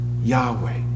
Yahweh